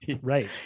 right